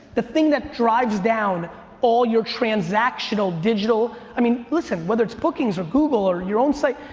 the thing that drives down all your transactional, digital. i mean, listen, whether it's bookings or google or your own site,